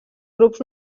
grups